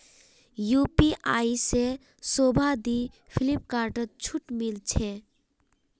UPI से शोभा दी फिलिपकार्टत छूट मिले छे